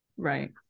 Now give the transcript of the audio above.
Right